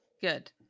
Good